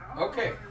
Okay